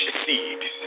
seeds